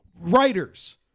writers